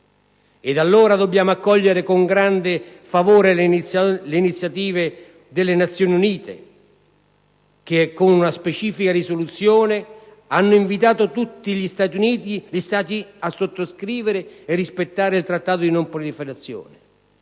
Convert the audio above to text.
Allora dobbiamo accogliere con grande favore le iniziative delle Nazioni Unite che, con una specifica risoluzione, hanno invitato tutti gli Stati a sottoscrivere e a rispettare il Trattato di non proliferazione.